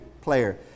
player